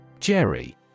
Jerry